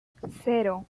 cero